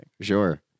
Sure